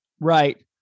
Right